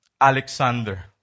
Alexander